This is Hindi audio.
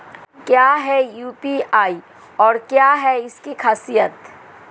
क्या है यू.पी.आई और क्या है इसकी खासियत?